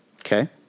Okay